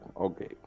okay